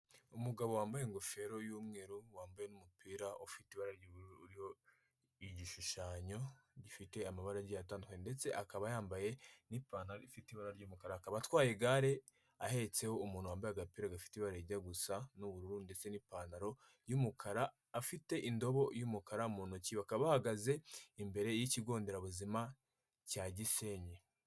Umugabo wambaye ingofero y'umweru, wambaye n’umupira ufite ibara ry'uburu ufiteho igishushanyo gifite amabara atandukanye. Ndetse akaba yambaye n'ipantaro ifite ibara ry’umukara atwaye igare ahetseho umuntu wambaye agapira gafite ibara rijya gusa n'ubururu, ndetse n'ipantaro y'umukara afite indobo y'umukara mu ntoki bakaba bahagaze imbere y'ikigo nderabuzima cya gisenyi.